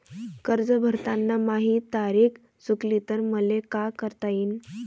कर्ज भरताना माही तारीख चुकली तर मले का करता येईन?